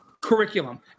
curriculum